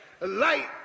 Light